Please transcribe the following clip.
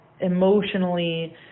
emotionally